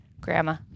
Grandma